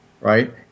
Right